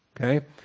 Okay